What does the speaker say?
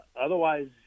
Otherwise